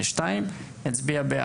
מי